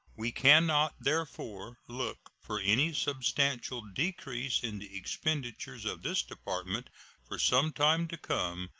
we can not, therefore, look for any substantial decrease in the expenditures of this department for some time to come,